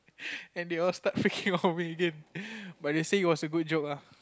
and then start picking on me again but they all say it's a good joke lah